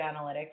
analytics